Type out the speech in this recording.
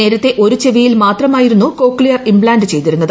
നേരത്തെ ഒരു ചെവിയിൽ മാത്രമായിരുന്നു കോക്ലിയർ ഇംപ്ലാന്റ് നടത്തിയിരുന്നത്